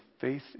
faith